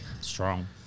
Strong